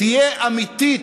תהיה אמיתית,